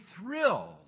thrilled